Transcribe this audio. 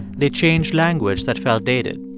they changed language that felt dated.